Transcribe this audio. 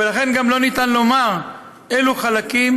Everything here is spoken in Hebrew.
ולכן גם לא ניתן לומר אילו חלקים